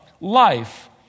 life